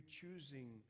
choosing